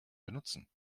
benutzen